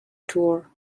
tour